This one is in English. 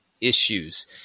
issues